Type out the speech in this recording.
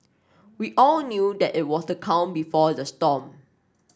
we all knew that it was the calm before the storm